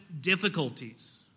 difficulties